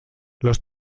los